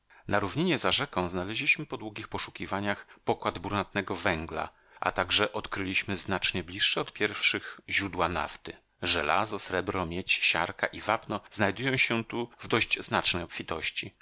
na równinie za rzeką znaleźliśmy po długich poszukiwaniach pokład brunatnego węgla a także odkryliśmy znacznie bliższe od pierwszych źródła nafty żelazo srebro miedź siarka i wapno znajdują się tu w dość znacznej obfitości